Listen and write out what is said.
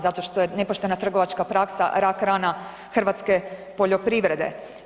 Zato što je nepoštena trgovačka praksa rak rana hrvatske poljoprivrede.